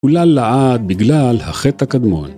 ‫קולל לעד בגלל החטא הקדמון.